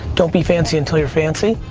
don't be fancy until you're fancy.